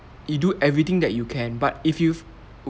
you do everything that you can but if you've